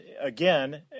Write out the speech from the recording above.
again